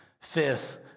fifth